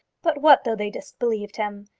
but what though they disbelieved him?